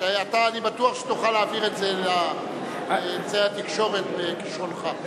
אני בטוח שתוכל להעביר את זה לאמצעי התקשורת בכשרונך.